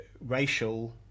racial